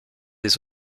des